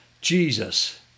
jesus